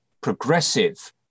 progressive